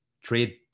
trade